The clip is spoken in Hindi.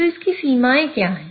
तो इसकी सीमाएँ क्या हैं